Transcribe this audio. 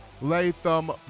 Latham